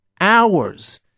hours